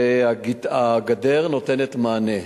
והגדר נותנת מענה,